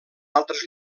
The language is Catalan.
altres